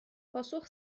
پاسخ